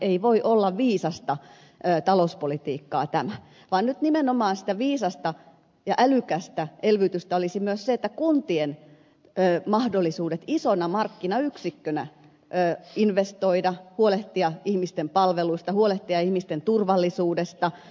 ei tämä voi olla viisasta talouspolitiikkaa vaan nyt nimenomaan sitä viisasta ja älykästä elvytystä olisi myös se että taattaisiin kuntien mahdollisuudet isona markkinayksikkönä investoida huolehtia ihmisten palveluista huolehtia ihmisten turvallisuudesta